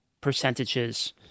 percentages